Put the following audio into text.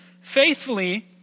faithfully